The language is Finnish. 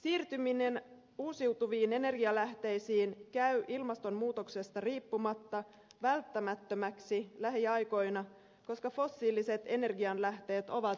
siirtyminen uusiutuviin energianlähteisiin käy ilmastonmuutoksesta riippumatta välttämättömäksi lähiaikoina koska fossiiliset energianlähteet ovat rajalliset